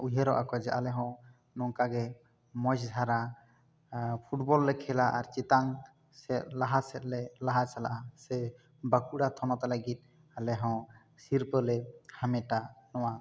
ᱩᱭᱦᱟᱹᱨᱚᱜᱼᱟ ᱠᱚ ᱡᱮ ᱟᱞᱮ ᱦᱚᱸ ᱱᱚᱝᱠᱟ ᱜᱮ ᱢᱚᱡᱽ ᱫᱷᱟᱨᱟ ᱯᱷᱩᱴᱵᱚᱞ ᱞᱮ ᱠᱷᱮᱞᱟ ᱟᱨ ᱪᱮᱛᱟᱱ ᱥᱮ ᱞᱟᱦᱟ ᱥᱮᱫ ᱞᱮ ᱞᱟᱦᱟ ᱪᱟᱞᱟᱜᱼᱟ ᱥᱮ ᱵᱟᱸᱠᱩᱲᱟ ᱛᱷᱚᱱᱚᱛ ᱞᱟᱹᱜᱤᱫ ᱟᱞᱮ ᱦᱚᱸ ᱥᱤᱨᱯᱟᱹ ᱞᱮ ᱦᱟᱢᱮᱴᱟ ᱱᱚᱣᱟ